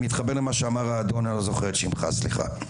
אני מתחבר למה שאמר האדון אני לא זוכר את שמך סליחה,